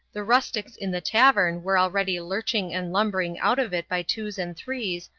the rustics in the tavern were already lurching and lumbering out of it by twos and threes,